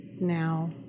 now